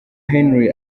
henry